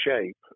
shape